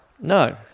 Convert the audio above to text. No